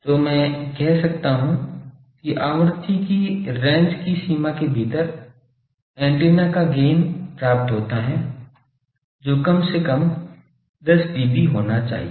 तो मैं कह सकता हूं कि आवृत्ति की रेंज की सीमा के भीतर एंटीना का गैन प्राप्त होता है जो कम से कम 10dB होना चाहिए